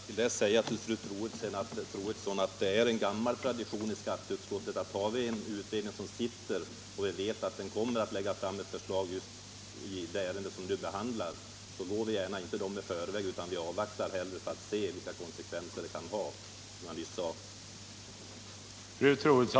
Herr talman! Jag vill bara säga till fru Troedsson att det är en gammal tradition i skatteutskottet att om en utredning sitter och vi vet att den kommer att lägga fram ett förslag i ett ärende som den behandlar, så går vi inte gärna utredningen i förväg, utan vi avvaktar hellre för att se vilka konsekvenser förslaget kan få.